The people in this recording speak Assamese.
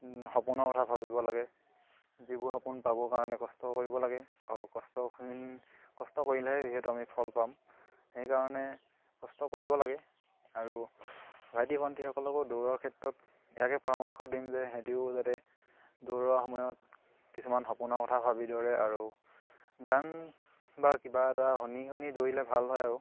সপোনৰ কথা ভাবিব লাগে যিবোৰ সপোন পাবৰ কাৰণে কষ্ট কৰিব লাগে আৰু কষ্ট কষ্ট কৰিলেহে যিহেতু আমি ফল পাম সেইকাৰণে কষ্ট কৰিব লাগে আৰু ভাইটি ভন্টিসকলকো দৌৰৰ ক্ষেত্ৰত ইয়াকে পৰামৰ্শ দিম যে সিহঁতিও যাতে দৌৰাৰ সময়ত কিছুমান সপোনৰ কথা ভাবি দৌৰে আৰু গান বা কিবা এটা শুনি শুনি দৌৰিলে ভাল হয় আৰু